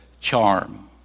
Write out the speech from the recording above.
charm